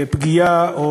פגיעה.